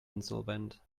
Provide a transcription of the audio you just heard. insolvent